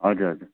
हजुर हजुर